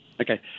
Okay